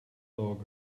dog